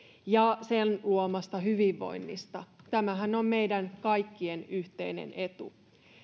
ja sen luomasta hyvinvoinnista tämähän on meidän kaikkien yhteinen etu